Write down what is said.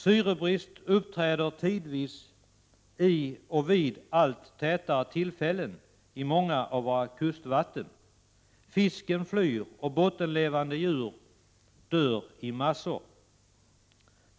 Syrebrist uppträder vid allt tätare tillfällen i många av våra kustvatten. Fisken flyr och bottenlevande djur dör i massor.